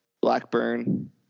Blackburn